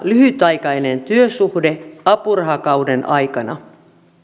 lyhytaikainen työsuhde apurahakauden aikana